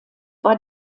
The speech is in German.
war